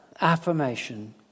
affirmation